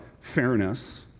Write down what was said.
fairness